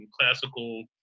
classical